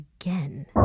again